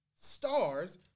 stars –